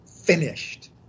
finished